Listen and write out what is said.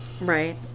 Right